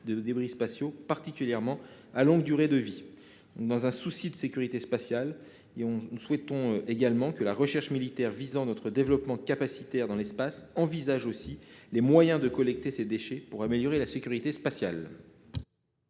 de débris spatiaux, particulièrement à longue durée de vie ». Nous nous inscrivons dans un souci de sécurité spatiale. Nous souhaitons également que la recherche militaire visant notre développement capacitaire dans l'espace étudie les moyens de collecter ces déchets pour améliorer là aussi la sécurité spatiale.